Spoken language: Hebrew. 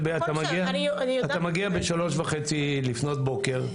אתה מגיע בשלוש וחצי לפנות בוקר,